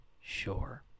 Sure